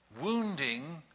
wounding